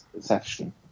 session